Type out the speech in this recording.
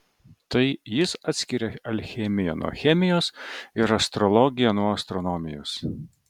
tai jis atskiria alchemiją nuo chemijos ir astrologiją nuo astronomijos